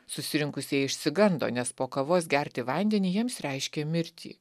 susirinkusieji išsigando nes po kavos gerti vandenį jiems reiškė mirtį